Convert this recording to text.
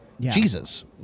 Jesus